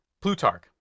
Plutarch